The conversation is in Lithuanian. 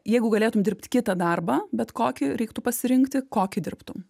jeigu galėtum dirbt kitą darbą bet kokį reiktų pasirinkti kokį dirbtum